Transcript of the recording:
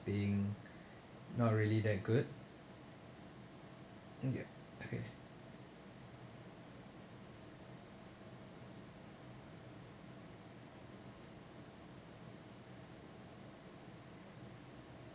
being not really that good yup okay